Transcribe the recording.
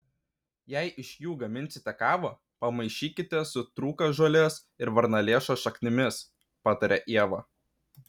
jei iš jų gaminsite kavą pamaišykite su trūkažolės ir varnalėšos šaknimis pataria ieva